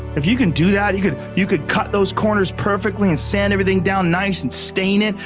if you could do that, you could you could cut those corners perfectly and sand everything down nice and stain it.